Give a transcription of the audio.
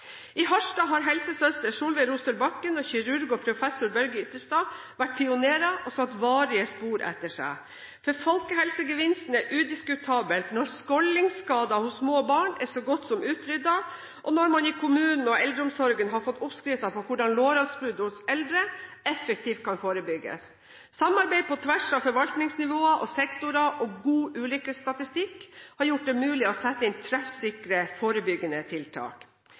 I Harstad har helsesøster Solveig Rostøl Bakken og kirurg og professor Børge Ytterstad vært pionerer, og satt varige spor etter seg. Folkehelsegevinsten er udiskutabel når skåldingsskader hos små barn er så godt som utryddet, og når man i kommunen og eldreomsorgen har fått oppskriften på hvordan lårhalsbrudd hos eldre effektivt kan forebygges. Samarbeid på tvers av forvaltningsnivåer og sektorer og god ulykkesstatistikk har gjort det mulig å sette inn treffsikre forebyggende tiltak.